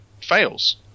fails